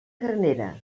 granera